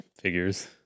figures